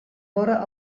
vora